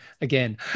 again